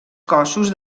cossos